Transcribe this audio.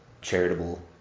charitable